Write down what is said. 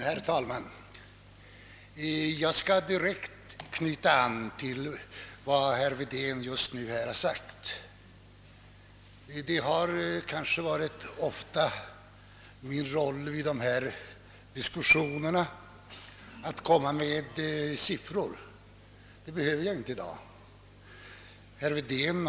Herr talman! Jag skall direkt knyta an till vad herr Wedén nyss sade. Det har ofta varit min roll i diskussioner av detta slag att presentera siffror, men det behöver jag inte göra i dag.